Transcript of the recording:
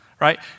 right